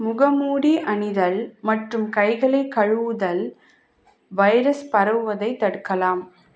முகமூடி அணிதல் மற்றும் கைகளை கழுவுதல் வைரஸ் பரவுவதை தடுக்கலாம்